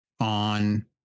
on